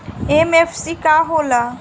MFC का हो़ला?